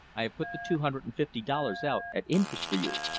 i have put the two hundred and fifty dollars out at interest for you.